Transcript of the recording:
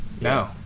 No